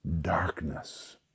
darkness